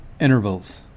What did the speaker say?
intervals